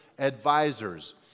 Advisors